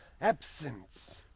absence